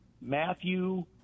Matthew